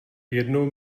jednou